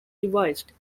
revised